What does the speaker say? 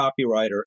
copywriter